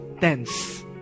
tense